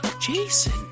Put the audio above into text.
Jason